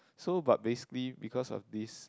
so but basically because of this